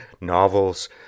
novels